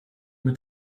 mit